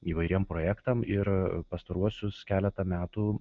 įvairiem projektam ir pastaruosius keletą metų